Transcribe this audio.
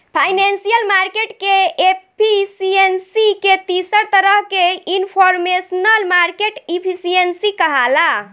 financial market के efficiency के तीसर तरह के इनफॉरमेशनल मार्केट एफिशिएंसी कहाला